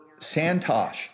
Santosh